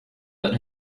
but